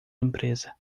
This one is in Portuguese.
empresa